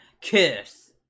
Kiss